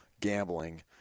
gambling